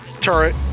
turret